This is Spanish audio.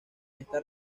esta